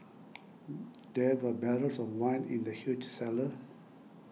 there were barrels of wine in the huge cellar